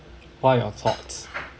what are your thoughts